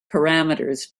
parameters